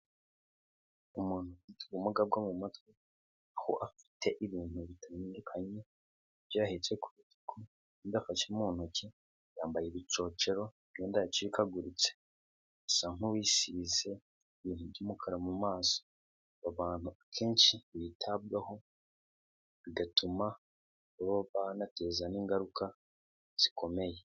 Umuntu ufite ubumuga bwo mu matwi, aho afite ibintu bitandukanye ibyo ahetse ku rutugu, afashe n'ibindi mu ntoki, yambaye ibicoocero, imyenda yacikaguritse asa nkuwisize ibintu by'umukara mu maso, abantu akenshi bitabwaho bigatuma baba banateza ingaruka zikomeye.